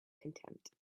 contempt